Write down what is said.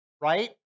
right